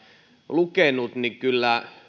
lukenut niin kyllä